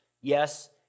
Yes